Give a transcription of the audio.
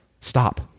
stop